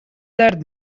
درد